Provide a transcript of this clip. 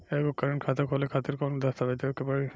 एगो करेंट खाता खोले खातिर कौन कौन दस्तावेज़ देवे के पड़ी?